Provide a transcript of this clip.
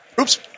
Oops